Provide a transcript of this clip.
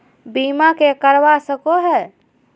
बीमा के करवा सको है?